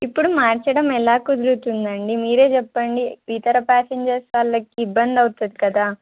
ఇప్పుడు మార్చడం ఎలా కుదురుతుందండి మీరే చెప్పండి ఇతర ప్యాసేంజర్స్ వాళ్ళకి ఇబ్బంది అవుతుంది కదా